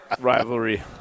rivalry